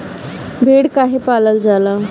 भेड़ काहे पालल जाला?